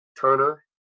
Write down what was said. Turner